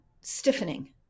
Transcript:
stiffening